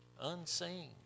unseen